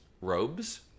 robes